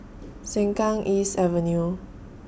Sengkang East Avenue